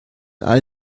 all